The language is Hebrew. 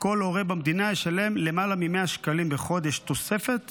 כל הורה במדינה ישלם למעלה מ-100 שקלים בחודש תוספת